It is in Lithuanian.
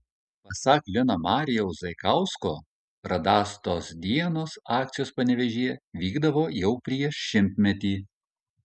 pasak lino marijaus zaikausko radastos dienos akcijos panevėžyje vykdavo jau prieš šimtmetį